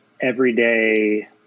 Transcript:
everyday